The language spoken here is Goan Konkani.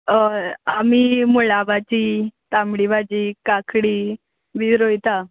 हय आमी मुळ्या भाजी तामडी भाजी काकडी बी रोयता